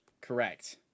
correct